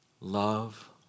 love